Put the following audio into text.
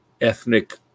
ethnic